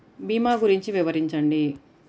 భీమా గురించి వివరించండి?